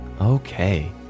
Okay